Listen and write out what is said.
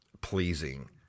pleasing